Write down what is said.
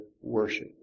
worship